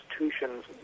Institutions